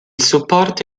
supporto